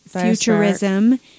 futurism